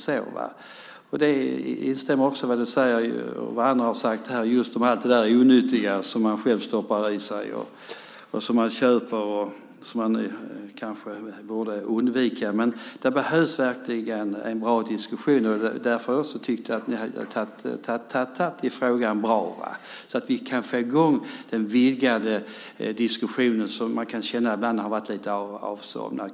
Jag instämmer i vad du har sagt här - det handlar om det onyttiga som man själv stoppar i sig fast man kanske borde undvika det - om att det verkligen behövs en bra diskussion här. Därför har jag tyckt att ni har tagit tag i frågan på ett bra sätt. Vi måste få i gång diskussionen. Den har ibland verkat lite avsomnad.